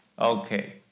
Okay